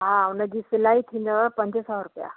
हा हुन जी सिलाई थींदव पंज सौ रुपया